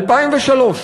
ב-2003.